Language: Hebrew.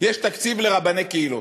יש תקציב לרבני קהילות?